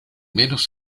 menos